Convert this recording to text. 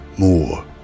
more